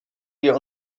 wir